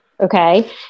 Okay